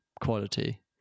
quality